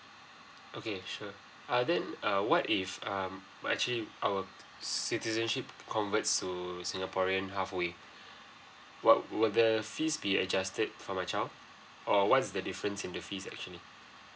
okay sure err then err what if um my actually our citizenship converts to singaporean halfway what will the fees be adjusted for my child or what's the difference in the fees actually